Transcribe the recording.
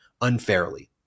unfairly